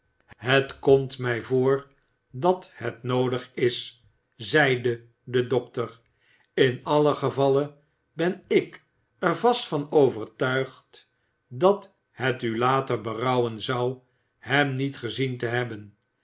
het komt mij voor dat het noodig is zeide de dokter in allen gevalle ben ik er vast van overtuigd dat het u later berouwen zou hem niet gezien te hebben